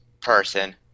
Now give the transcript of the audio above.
person